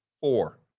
four